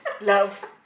Love